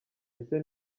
ese